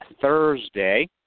Thursday